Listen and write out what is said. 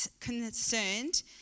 concerned